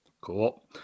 Cool